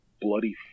bloody